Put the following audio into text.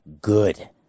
good